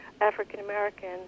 African-American